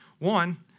One